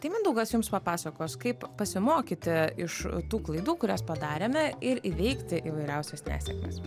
tai mindaugas jums papasakos kaip pasimokyti iš tų klaidų kurias padarėme ir įveikti įvairiausias nesėkmes